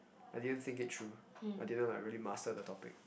I didn't think it through I didn't like really master the topic